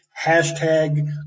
hashtag